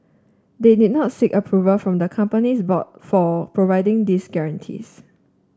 they did not seek approval from the company's board for providing these guarantees